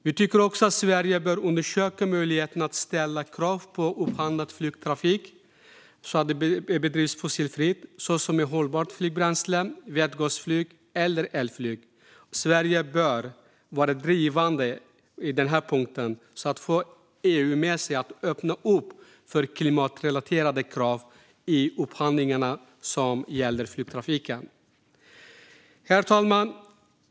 Vi tycker också att Sverige bör undersöka möjligheten att ställa krav på att upphandlad flygtrafik bedrivs fossilfritt, till exempel med hjälp av hållbart flygbränsle, vätgasflyg eller elflyg. Sverige bör vara drivande i att få EU med sig på att öppna upp för klimatrelaterade krav i upphandlingar som gäller flygtrafiken. Herr talman!